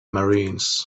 marines